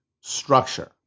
structure